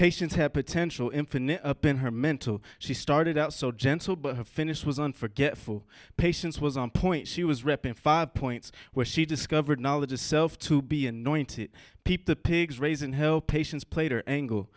patients had potential infinity opin her mental she started out so gentle finish was on forgetful patients was on point she was repping five points where she discovered knowledge itself to be annoying to peep the pigs raising hell patients plater ng